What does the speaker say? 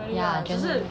yeah